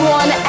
one